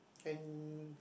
and